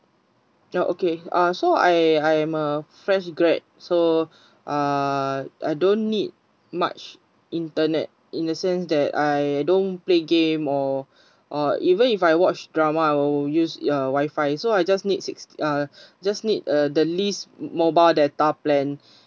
ya okay uh so I I am a fresh graduate so uh I don't need much internet in the sense that I don't play game or or even if I watch drama I will use ya Wi-Fi so I just need sixty uh just need uh the least mobile data plan